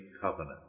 covenant